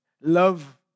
love